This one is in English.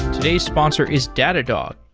today's sponsor is datadog,